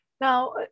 Now